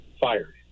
fired